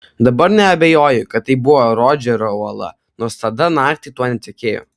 dabar neabejoju kad tai buvo rodžerio uola nors tada naktį tuo netikėjau